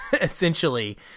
essentially